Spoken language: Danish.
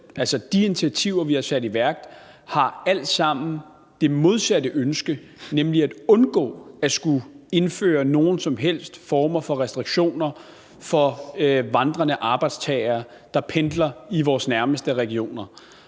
Altså, de initiativer, vi har sat i værk, har alle sammen det modsatte ønske, nemlig at undgå at skulle indføre nogen som helst former for restriktioner for vandrende arbejdstagere, der pendler i vores nærmeste regioner.